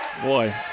Boy